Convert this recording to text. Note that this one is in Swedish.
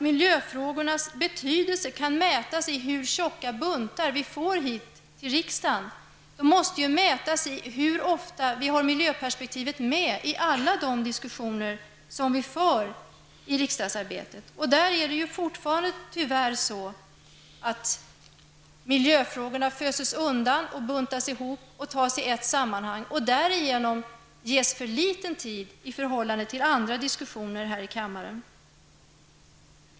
Miljöfrågornas betydelse kan ju inte mätas utifrån tjockleken på de buntar som föreläggs riksdagen, utan den måste mätas i förhållande till hur ofta miljöperspektivet finns med i de diskussioner som vi för i samband med riksdagsarbetet. Tyvärr är det fortfarande så, att miljöfrågorna föses undan och buntas ihop för att sedan behandlas i ett sammanhang. Därigenom får man alltför litet tid för miljöfrågorna i förhållande till den tid som avsätts för andra diskussioner här i kammaren.